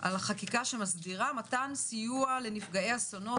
על החקיקה שמסדירה מתן סיוע לנפגעי אסונות,